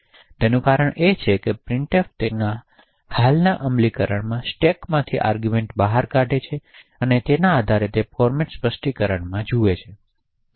તેનું કારણ એ છે કે પ્રિન્ટફ તેના હાલના અમલીકરણમાં સ્ટેકમાંથી આર્ગૂમેંટ બહાર કાછે તેના આધારે તે ફોર્મેટ સ્પષ્ટીકરણોમાં જુએ છે